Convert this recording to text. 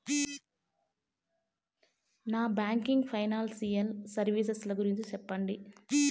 Non banking financial services ల గురించి సెప్పండి?